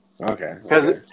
Okay